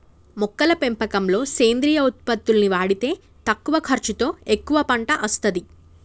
మొక్కల పెంపకంలో సేంద్రియ ఉత్పత్తుల్ని వాడితే తక్కువ ఖర్చుతో ఎక్కువ పంట అస్తది